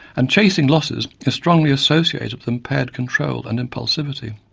and chasing losses is strongly associated with impaired control and impulsivity.